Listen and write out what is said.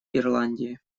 ирландии